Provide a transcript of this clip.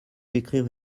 écrire